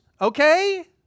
okay